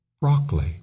Broccoli